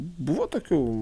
buvo tokių